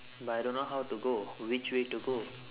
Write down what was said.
but I don't know how to go which way to go